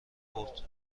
برد